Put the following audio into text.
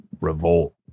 revolt